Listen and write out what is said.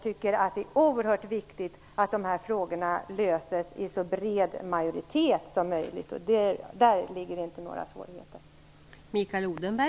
Det är oerhört viktigt att frågorna löses i så bred majoritet som möjligt. Där ser jag inte några svårigheter.